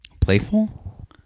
Playful